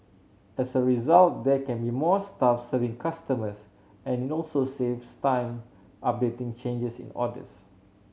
as a result there can be more staff serving customers and it also saves time updating changes in orders